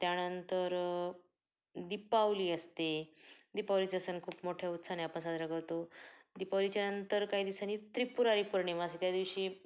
त्यानंतर दीपावली असते दीपावलीच्या सण खूप मोठ्या उत्साहाने आपण साजरा करतो दीपावलीच्या नंतर काही दिवसांनी त्रिपुरारी पौर्णिमा असते त्या दिवशी